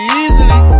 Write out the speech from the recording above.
easily